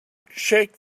shake